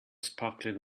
sparkling